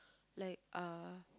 like uh